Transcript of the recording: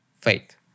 faith